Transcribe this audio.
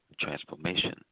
transformation